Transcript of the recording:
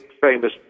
famous